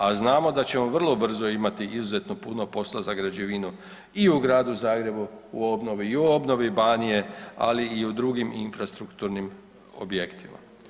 A znamo da ćemo vrlo brzo imati izuzetno puno posla za građevinu i u gradu Zagrebu u obnovi i u obnovi Banije ali i u drugim infrastrukturnim objektima.